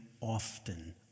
often